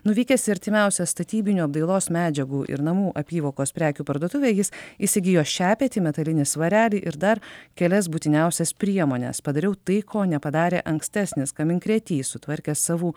nuvykęs į artimiausią statybinių apdailos medžiagų ir namų apyvokos prekių parduotuvę jis įsigijo šepetį metalinį svarelį ir dar kelias būtiniausias priemones padariau tai ko nepadarė ankstesnis kaminkrėtys sutvarkęs savų